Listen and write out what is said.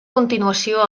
continuació